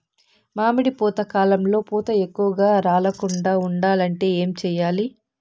మామిడి పూత కాలంలో పూత ఎక్కువగా రాలకుండా ఉండాలంటే ఏమి చెయ్యాలి?